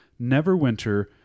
Neverwinter